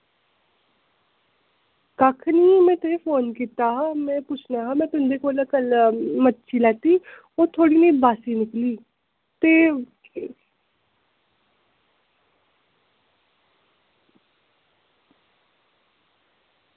कक्ख नेईं में तुसेंगी फोन कीता हा में पुच्छना हा में तुं'दे कोला कल मच्छी लेती ही ओह् थोह्ड़ी जेही बासी निकली ते